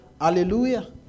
Hallelujah